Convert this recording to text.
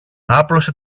άπλωσε